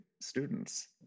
students